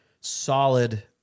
solid